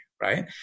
Right